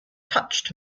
touched